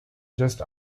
just